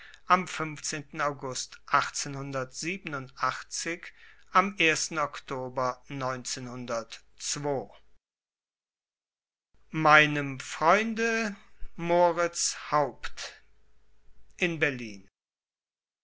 am august am oktober meinem freunde moritz haupt in berlin